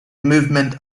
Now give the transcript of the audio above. movement